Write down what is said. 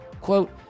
Quote